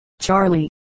Charlie